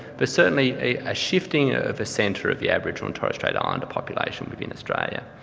but certainly a ah shifting ah of the centre of the aboriginal and torres strait islander population within australia.